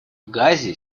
газе